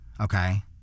okay